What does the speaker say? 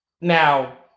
Now